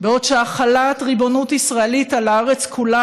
בעוד החלת ריבונות ישראלית על הארץ כולה